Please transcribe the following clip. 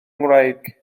ngwraig